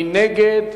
מי נגד?